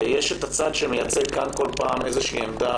יש את הצד שמייצג כאן כל פעם איזו עמדה,